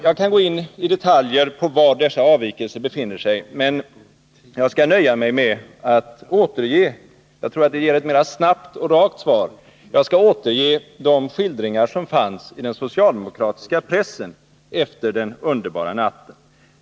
Jag kan gå in i detalj på var dessa avvikelser befinner sig, men jag skall nöja mig med — jag tror det ger ett mera snabbt och rakt svar — att återge de skildringar som finns i den socialdemokratiska pressen efter den underbara natten.